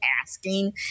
asking